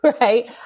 right